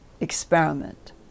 experiment